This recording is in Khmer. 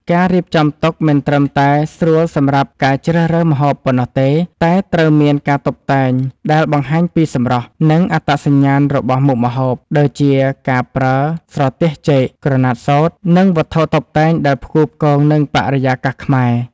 ការរៀបចំតុមិនត្រឹមតែស្រួលសម្រាប់ការជ្រើសរើសម្ហូបប៉ុណ្ណោះទេ តែត្រូវមានការតុបតែងដែល បង្ហាញពីសម្រស់ និងអត្តសញ្ញាណរបស់មុខម្ហូប ដូចជាការប្រើស្រទាប់ចេក ក្រណាត់សូត្រ និងវត្ថុតុបតែងដែលផ្គូផ្គងនឹងបរិយាកាសខ្មែរ។